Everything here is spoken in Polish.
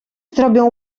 zrobią